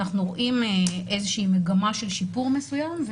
אנחנו רואים מגמה של שיפור מסוים,